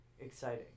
exciting